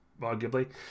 arguably